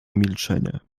milczenie